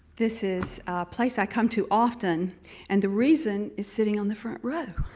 this is place i come to often and the reason is sitting on the front row.